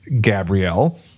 Gabrielle